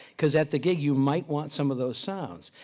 because at the gig, you might want some of those sounds.